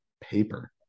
paper